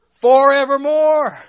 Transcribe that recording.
forevermore